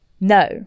No